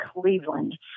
Cleveland